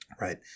right